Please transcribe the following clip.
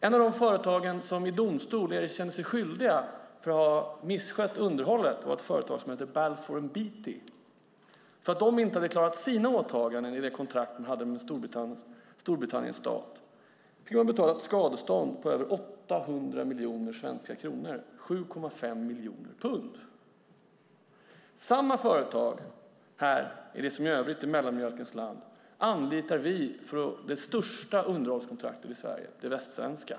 Ett av de företag som i domstol erkände sig skyldiga för att ha misskött underhållet var Balfour Beatty. Eftersom de inte hade klarat sina åtaganden i det kontrakt de hade med Storbritannien fick de betala ett skadestånd på över 800 miljoner svenska kronor, 7,5 miljoner pund. Samma företag anlitar vi här, i det som i övrigt är mellanmjölkens land, för det största underhållskontraktet i Sverige, det västsvenska.